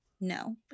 no